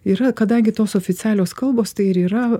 yra kadangi tos oficialios kalbos tai ir yra